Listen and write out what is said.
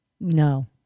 No